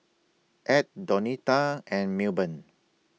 Edd Donita and Milburn